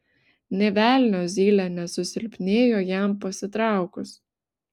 nė velnio zylė nesusilpnėjo jam pasitraukus